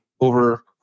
over